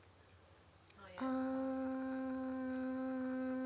um